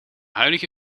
huidige